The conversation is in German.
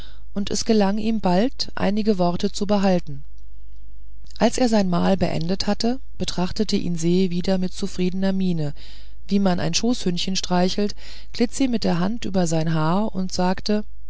und es gelang ihm bald einige worte zu behalten als er sein mahl beendet hatte betrachtete ihn se wieder mit zufriedener miene wie man ein schoßhündchen streichelt glitt sie mit der hand über sein haar und sagte